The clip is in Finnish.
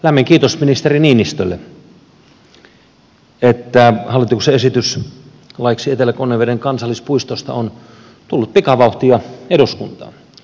lämmin kiitos ministeri niinistölle että hallituksen esitys laiksi etelä konneveden kansallispuistosta on tullut pikavauhtia eduskuntaan